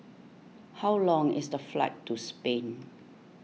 how long is the flight to Spain